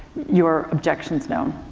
your objections known.